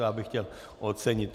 To bych chtěl ocenit.